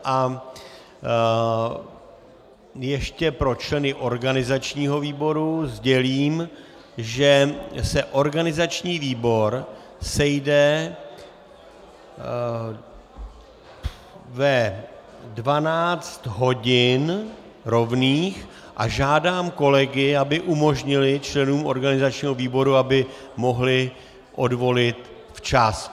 A ještě pro členy organizačního výboru sdělím, že se organizační výbor sejde ve 12 hodin rovných, a žádám kolegy, aby umožnili členům organizačního výboru, aby mohli odvolit včas.